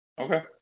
Okay